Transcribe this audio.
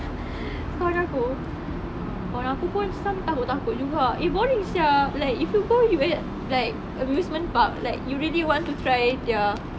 kawan aku kawan aku pun some takut takut juga eh boring sia like if you go you at like amusement park like you really want to try their